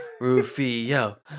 Rufio